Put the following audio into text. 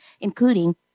including